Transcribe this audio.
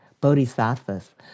bodhisattvas